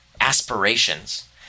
aspirations